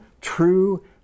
true